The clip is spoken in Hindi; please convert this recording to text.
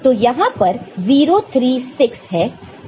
तो यहां पर 0 3 6 है